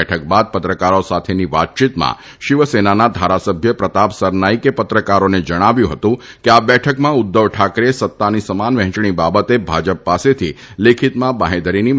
બેઠક બાદ પત્રકારો સાથેની વાતચીતમાં શિવસેનાના ધારાસભ્ય પ્રતાપ સરનાઇ કે પત્રકારોને જણાવ્યું હતું કે આ બેઠકમાં ઉદ્વવ ઠાકરે એ સત્તાની સમાન વહેંચણી બાબતે ભાજપ પાસેથી લેખિતમાં બાંહેધરીની માગણી કરી છે